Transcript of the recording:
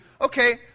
okay